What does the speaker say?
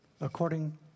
according